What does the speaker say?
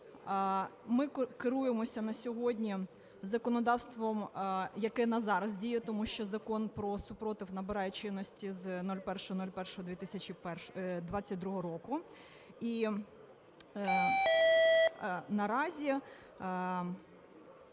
Ми керуємося на сьогодні законодавством, яке на зараз діє, тому що Закон про спротив набирає чинності з 01.01.2022 року. І наразі